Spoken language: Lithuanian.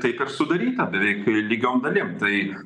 taip ir sudaryta beveik lygiom dalim tai